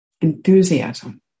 Enthusiasm